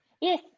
Yes